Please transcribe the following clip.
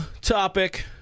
topic